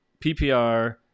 PPR